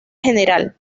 general